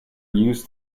used